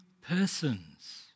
persons